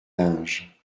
linge